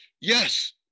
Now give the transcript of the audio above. Yes